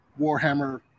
Warhammer